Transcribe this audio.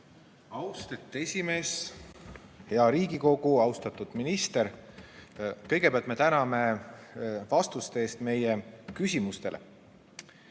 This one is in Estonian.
Austatud esimees! Hea Riigikogu! Austatud minister! Kõigepealt me täname vastuste eest meie küsimustele.